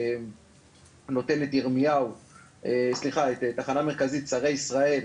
ונותן את תחנה מרכזית שרי ישראל,